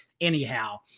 Anyhow